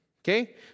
Okay